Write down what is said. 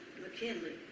McKinley